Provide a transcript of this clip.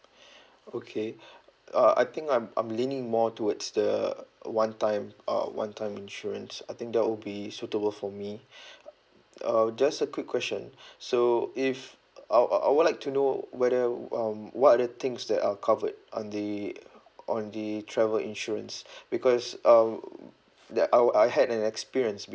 okay uh I think I'm I'm leaning more towards the one time uh one time insurance I think that will be suitable for me uh just a quick question so if I I I would like to know whether uh what are the things that are covered on the on the travel insurance because um that I I had an experience